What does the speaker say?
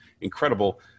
incredible